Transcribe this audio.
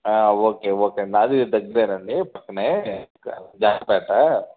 okay okay అండి నాది దగ్గిరేనండి పక్కనే జాంపేట